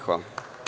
Hvala.